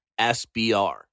SBR